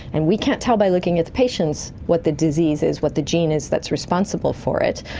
and we can't tell by looking at the patients what the disease is, what the gene is that's responsible for it,